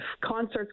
concerts